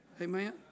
Amen